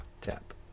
tap